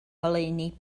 ngoleuni